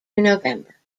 november